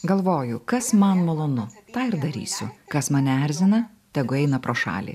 galvoju kas man malonu tą ir darysiu kas mane erzina tegu eina pro šalį